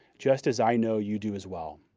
just as i know you do as well.